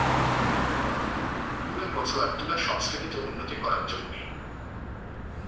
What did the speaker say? তুলা গছ আর তুলা সংস্কৃতিত উন্নতি করাং জরুরি